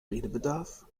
redebedarf